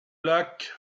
lac